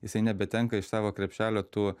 jisai nebetenka iš savo krepšelio tų